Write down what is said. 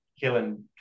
killing